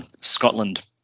Scotland